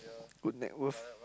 good net worth